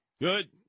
Good